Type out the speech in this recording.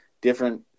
different